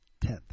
tenth